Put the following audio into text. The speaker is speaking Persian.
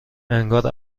انگار